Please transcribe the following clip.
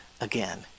again